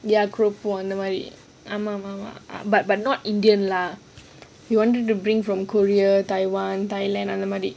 but but not indian lah we wanted to bring from korea taiwan thailand அந்த மாறி:antha maari